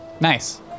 Nice